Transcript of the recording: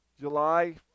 July